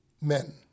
men